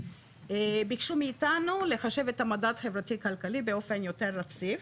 ביקשו מאיתנו לחשב את המדד החברתי כלכלי באופן יותר רציף.